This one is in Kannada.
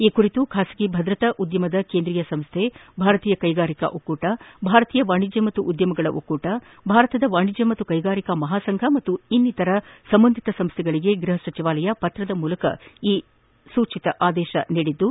ಈ ಕುರಿತು ಖಾಸಗಿ ಭದ್ರತಾ ಉದ್ದಮದ ಕೇಂದ್ರೀಯ ಸಂಸ್ಥೆ ಭಾರತೀಯ ಕೈಗಾರಿಕಾ ಒಕ್ಕೂಟ ಭಾರತೀಯ ವಾಣಿಜ್ಯ ಮತ್ತು ಉದ್ಯಮಗಳ ಒಕ್ಕೂಟ ಭಾರತದ ವಾಣಿಜ್ಯ ಮತ್ತು ಕೈಗಾರಿಕಾ ಮಹಾ ಸಂಘ ಹಾಗೂ ಇತರ ಸಂಬಂಧಿತ ಸಂಸ್ಟೆಗಳಿಗೆ ಗೃಹ ಸಚಿವಾಲಯ ಪತ್ರದ ಮೂಲಕ ಈ ಸೂಚನೆ ನೀಡಿದ್ದು